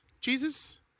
Jesus